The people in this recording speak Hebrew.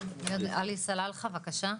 עלי סלאלחה, בבקשה.